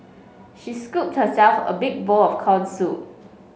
she scooped herself a big bowl of corns soup